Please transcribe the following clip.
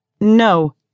No